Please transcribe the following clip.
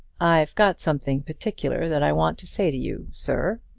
i've got something particular that i want to say to you, sir,